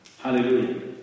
Hallelujah